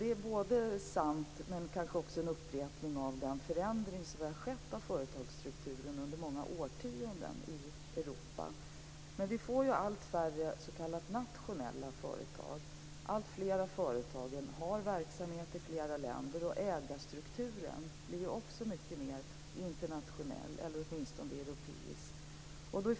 Det är sant, men kanske också en upprepning av den förändring som har skett av företagsstrukturen under många årtionden i Europa. Vi får ju allt färre s.k. nationella företag. Alltfler av företagen har verksamhet i flera länder, och ägarstrukturen blir ju också mycket mer internationell eller åtminstone europeisk.